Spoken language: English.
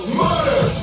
murder